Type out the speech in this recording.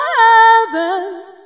heavens